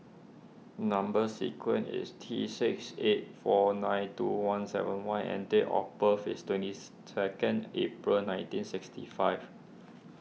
Number Sequence is T six eight four nine two one seven Y and date of birth is twentieth second April nineteen sixty five